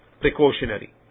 precautionary